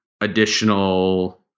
additional